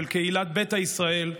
קהילת ביתא ישראל,